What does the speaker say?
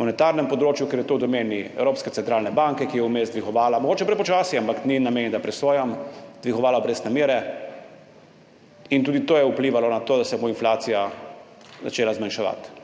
monetarnem področju, ker je to v domeni Evropske centralne banke, ki je vmes dvigovala obrestne mere, mogoče prepočasi, ampak ni na meni, da presojam, in tudi to je vplivalo na to, da se bo inflacija začela zmanjševati.